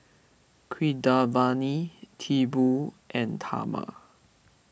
Keeravani Tipu and Tharman